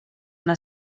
una